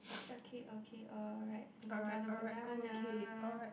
okay okay alright you can draw the banana